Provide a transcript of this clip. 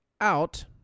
out